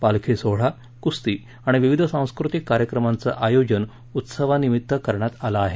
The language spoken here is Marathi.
पालखी सोहळा कुस्ती आणि विविध सांस्कृतिक कार्यक्रमांचं आयोजन उत्सवानिमित्त करण्यात आलं आहे